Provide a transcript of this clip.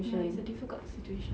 ya it's a difficult situation